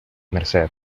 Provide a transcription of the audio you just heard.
merced